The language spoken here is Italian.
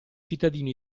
cittadino